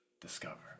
discover